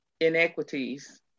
inequities